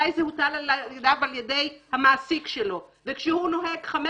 יגידו עכשיו כך: אם תבוא ותגיד לי שעד שלא יתכנס בית